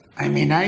i mean, i